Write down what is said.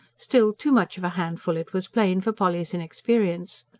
still, too much of a handful, it was plain, for polly's inexperience.